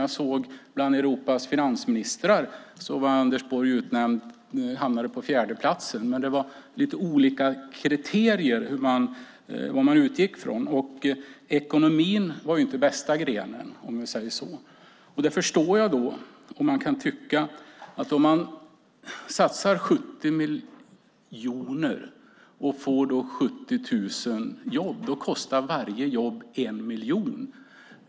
Jag såg att Anders Borg hamnar på fjärde plats bland Europas finansministrar, men det var lite olika kriterier som man utgick ifrån. Ekonomin var inte bästa grenen. Det förstår jag. Om man satsar 70 miljarder och får 70 000 jobb kostar varje jobb 1 miljon.